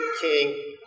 King